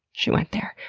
she went there.